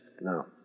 No